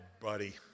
buddy